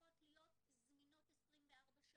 שצריכות להיות זמינות 24 שעות,